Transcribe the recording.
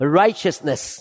righteousness